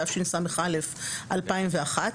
תשס"א-2001 ,